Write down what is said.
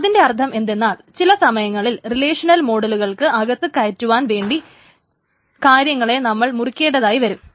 അതിന്റെ അർത്ഥം എന്തെന്നാൽ ചില സമയങ്ങളിൽ റിലേഷനൽ മോഡലുകൾക്ക് അകത്ത് കയറ്റുവാൻ വേണ്ടി കാര്യങ്ങളെ നമുക്ക് മുറിക്കേണ്ടതായി വരും